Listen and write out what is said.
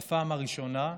בפעם הראשונה,